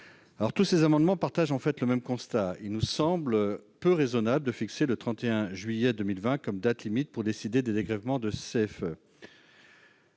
Ces amendements partent du même constat : il semble peu raisonnable de fixer au 31 juillet 2020 la date limite pour décider de dégrèvements de CFE.